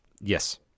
Yes